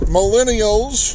Millennials